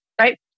right